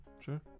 sure